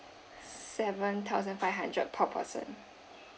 seven thousand five hundred per person